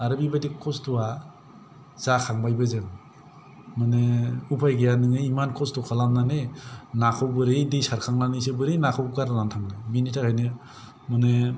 आरो बेबायदि खस्त'आ जाखांबायबो जों माने उफाय गैया नोङो एसेबां खस्त' खालामनानै नाखौ बोरै दै सारखांनानैसो बोरै नाखौ गारनानै थांनो बिनि थाखायनो माने